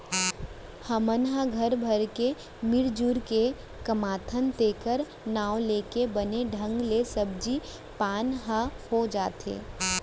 हमन ह घर भर के मिरजुर के कमाथन तेखर नांव लेके बने ढंग ले सब्जी पान ह हो जाथे